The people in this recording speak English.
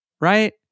right